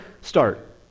start